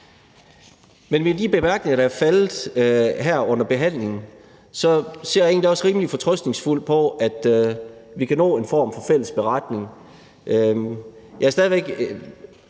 Med de bemærkninger, der er faldet her under behandlingen, ser jeg egentlig også rimelig fortrøstningsfuldt på, at vi kan nå en form for fælles beretning.